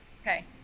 Okay